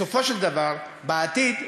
בסופו של דבר בעתיד,